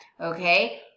okay